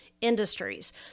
industries